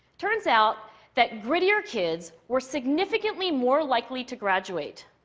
turns out that grittier kids were significantly more likely to graduate,